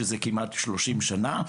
שזה כמעט 30 שנה.